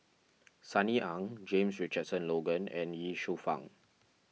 Sunny Ang James Richardson Logan and Ye Shufang